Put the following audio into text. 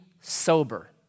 sober